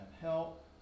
help